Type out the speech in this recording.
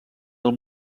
del